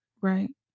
Right